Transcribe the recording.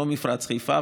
לא מפרץ חיפה,